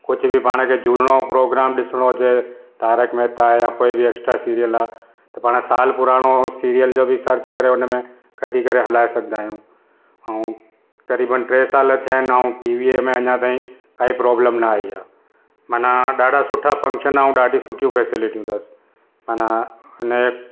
कुझु बि पाण खे झूनो प्रोग्राम ॾिसणो हुजे तारक मेहता या कोई बि ऐक्सट्रा सीरियल आहे त पाण सालु पुराणो सीरियल जो बि सर्च करे हुन में कढी करे हलाए सघंदा आहियूं ऐं क़रीबनि टे साल थिया आहिनि ऐं टीवीअ में अञा ताईं काई प्रॉब्लम न आई आहे मना ॾाढा सुठा फंक्शन ऐं ॾाढियूं सुठियूं फैसिलीटियूं अथसि मना हिन जे